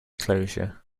closure